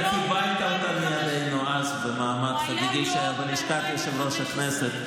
אתה קיבלת אותה אז מידינו במעמד חגיגי שהיה בלשכת יושב-ראש הכנסת,